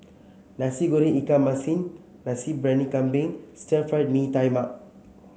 Nasi Goreng Ikan Masin Nasi Briyani Kambing Stir Fried Mee Tai Mak